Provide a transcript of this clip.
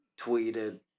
tweeted